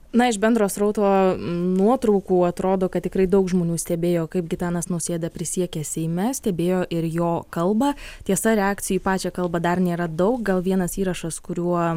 na iš bendro srauto nuotraukų atrodo kad tikrai daug žmonių stebėjo kaip gitanas nausėda prisiekė seime stebėjo ir jo kalbą tiesa reakcijų į pačią kalbą dar nėra daug gal vienas įrašas kuriuo